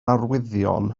arwyddion